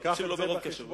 אקשיב לו ברוב קשב.